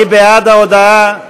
מי בעד ההודעה?